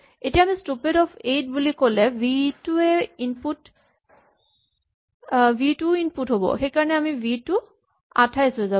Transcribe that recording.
এতিয়া আমি stupid of eight বুলি ক'লে ভি টোও ইনপুট হ'ব সেইকাৰণে ভি টো ২৮ হৈ যাব